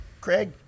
Craig